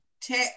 tech